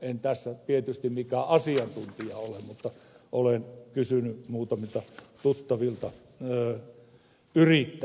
en tässä tietysti mikään asiantuntija ole mutta olen kysynyt muutamilta tuttavilta yrittäjiltä tästä asiasta